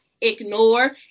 ignore